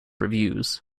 reviews